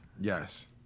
Yes